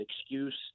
excuse